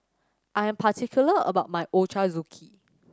I am particular about my Ochazuke